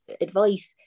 advice